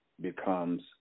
becomes